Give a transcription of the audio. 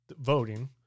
voting